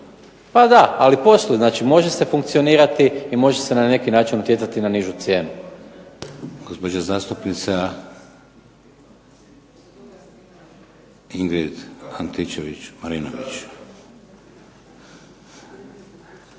Pa da, ali posluju. Znači, može se funkcionirati i može se na neki način utjecati na nižu cijenu.